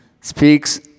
Speaks